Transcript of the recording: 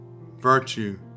virtue